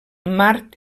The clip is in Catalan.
mart